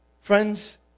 Friends